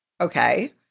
okay